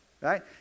Right